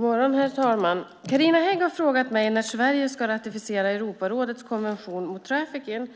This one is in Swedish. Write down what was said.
Herr talman! Carina Hägg har frågat mig när Sverige ska ratificera Europarådets konvention mot trafficking.